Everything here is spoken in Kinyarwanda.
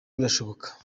birashoboka